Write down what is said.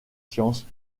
sciences